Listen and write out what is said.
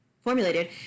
formulated